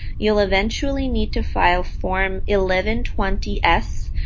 you'll eventually need to file form eleven twenty s,